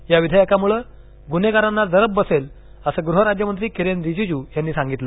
या विधेयकामुळ गुन्हेगारांना जरब बसेल असं गृह राज्य मंत्री किरेन रिजीजू यांनी सांगितलं